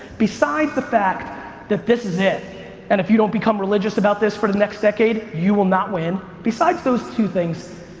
besides the fact that this is it and if you don't become religious about this for the next decade you will not win, besides those two things,